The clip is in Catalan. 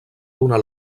donar